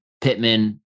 Pittman